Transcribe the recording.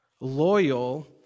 loyal